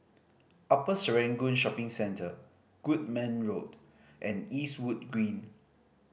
Upper Serangoon Shopping Centre Goodman Road and Eastwood Green